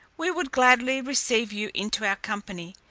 we would gladly receive you into our company,